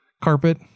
carpet